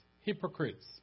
hypocrites